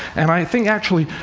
and i think, actually